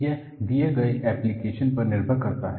यह दिए गए एप्लिकेशन पर निर्भर करता है